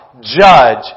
judge